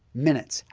minutes,